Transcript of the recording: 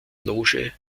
loge